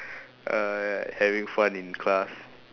uh having fun in class